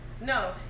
no